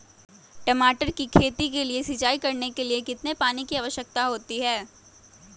टमाटर की खेती के लिए सिंचाई करने के लिए कितने पानी की आवश्यकता होती है?